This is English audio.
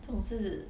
这种是